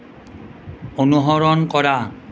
অনুসৰণ কৰা